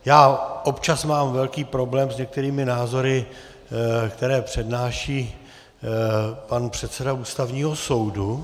Já občas mám velký problém s některými názory, které přednáší pan předseda Ústavního soudu.